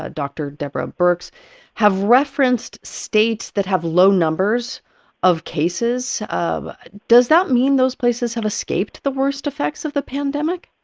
ah dr. deborah birx have referenced states that have low numbers of cases. does that mean those places have escaped the worst effects of the pandemic?